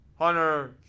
Hunter